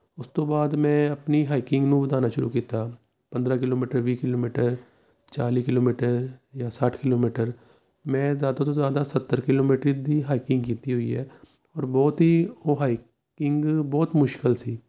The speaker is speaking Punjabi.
ਉਸ ਤੋਂ ਬਾਅਦ ਮੈਂ ਆਪਣੀ ਹਾਈਕਿੰਗ ਨੂੰ ਵਧਾਉਣਾ ਸ਼ੁਰੂ ਕੀਤਾ ਪੰਦਰ੍ਹਾਂ ਕਿਲੋਮੀਟਰ ਵੀਹ ਕਿਲੋਮੀਟਰ ਚਾਲੀ ਕਿਲੋਮੀਟਰ ਜਾਂ ਸੱਠ ਕਿਲੋਮੀਟਰ ਮੈਂ ਜ਼ਿਆਦਾ ਤੋਂ ਜ਼ਿਆਦਾ ਸੱਤਰ ਕਿਲੋਮੀਟਰ ਦੀ ਹਾਈਕਿੰਗ ਕੀਤੀ ਹੋਈ ਹੈ ਪਰ ਬਹੁਤ ਹੀ ਉਹ ਹਾਈਕਿੰਗ ਬਹੁਤ ਮੁਸ਼ਕਿਲ ਸੀ